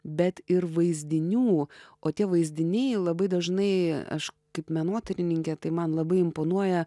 bet ir vaizdinių o tie vaizdiniai labai dažnai aš kaip menotyrininkė tai man labai imponuoja